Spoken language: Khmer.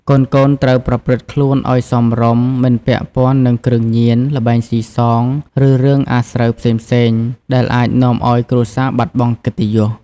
កូនៗត្រូវប្រព្រឹត្តខ្លួនឲ្យសមរម្យ មិនពាក់ព័ន្ធនឹងគ្រឿងញៀន ល្បែងស៊ីសង ឬរឿងអាស្រូវផ្សេងៗ ដែលអាចនាំឲ្យគ្រួសារបាត់បង់កិត្តិយស។